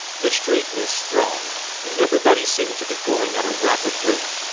the street was thronged, and every body seemed to be going at a rapid rate,